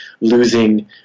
losing